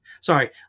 sorry